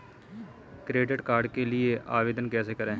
Credit card के लिए आवेदन कैसे करें?